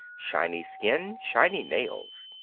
shiny skin, shiny nails.